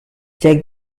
check